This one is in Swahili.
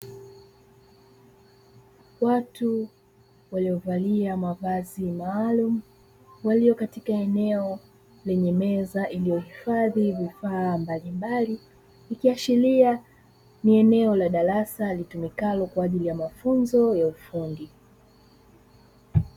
Watu waliovalia mavazi maalumu waliyo, katika eneo lenye meza iliyohifadhi vifaa mbalimbali. Ikiasharia ni eneo la darasa, litumikalo kwa ajili ya mafunzo ya ufundi.